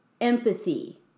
empathy